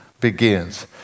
begins